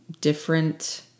different